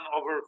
over